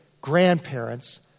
grandparents